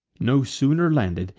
no sooner landed,